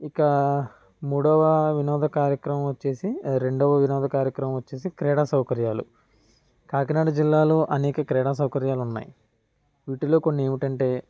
ఇక మూడవ వినోద కార్యక్రమం వచ్చేసి రెండోవ వినోద కార్యక్రమం వచ్చేసి క్రీడా సౌకర్యాలు కాకినాడ జిల్లాలో అనేక క్రీడా సౌకర్యాలు ఉన్నాయి వీటిలో కొన్ని ఏమిటంటే